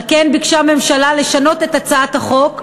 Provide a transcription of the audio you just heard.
על כן ביקשה הממשלה לשנות את הצעת החוק,